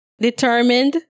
determined